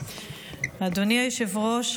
אדוני היושב-ראש,